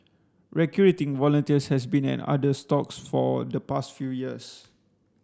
recruiting volunteers has been an arduous task for the past few years